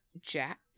Jack